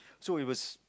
so it was